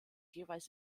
jeweils